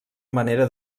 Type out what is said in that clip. manera